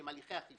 שהם הליכי אכיפה,